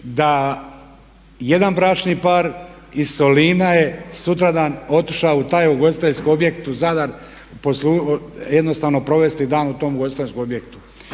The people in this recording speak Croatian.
da jedan bračni par iz Solina je sutradan otišao u taj ugostiteljski objekt u Zadar jednostavno provesti dan u tom ugostiteljskom objektu.